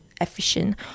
efficient